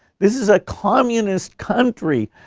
this is a communist country.